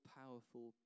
powerful